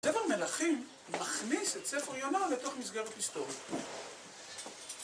ספר מלכים מכניס את ספר יונה לתוך מסגרת היסטוריה